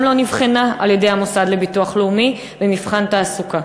לא נבחנה על-ידי המוסד לביטוח לאומי במבחן תעסוקה.